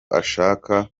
ashaka